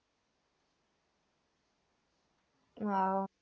!wow!